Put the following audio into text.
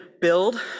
build